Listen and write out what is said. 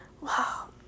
wow